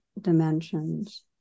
dimensions